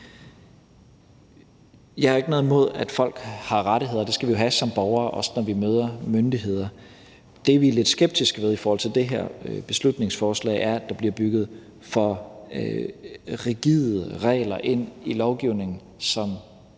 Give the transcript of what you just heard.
Jeg har ikke noget imod, at folk har rettigheder. Det skal vi jo have som borgere, også når vi møder myndighederne. Det, vi er lidt skeptiske over for i det her beslutningsforslag, er, at der bliver bygget for rigide regler ind i lovgivningen.